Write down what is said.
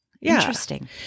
Interesting